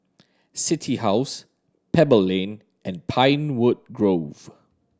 City House Pebble Lane and Pinewood Grove